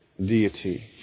deity